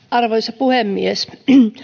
arvoisa puhemies